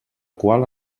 qual